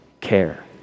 care